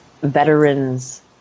veterans